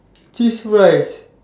cheese fries